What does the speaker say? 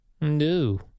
No